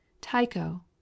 Tycho